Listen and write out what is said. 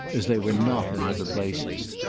as they were not in other places,